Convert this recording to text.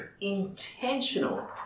intentional